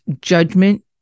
judgment